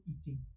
eating